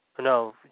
No